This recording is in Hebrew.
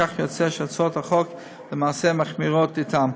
כך יוצא שהצעות החוק למעשה מחמירות אתם,